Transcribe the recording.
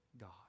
God